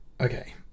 okay